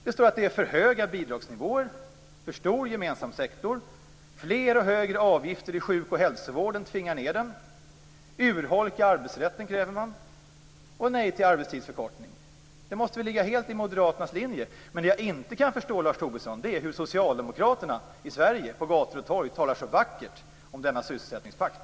Det står att det är för höga bidragsnivåer, för stor gemensam sektor, fler och högre avgifter i sjuk och hälsovården som man vill tvinga ned. Urholka arbetsrätten, kräver man. Nej till arbetstidsförkortning. Det måste väl ligga helt i moderaternas linje. Men vad jag inte kan förstå, Lars Tobisson, är hur socialdemokraterna i Sverige på gator och torg talar så vackert om denna sysselsättningspakt.